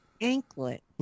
Anklet